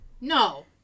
No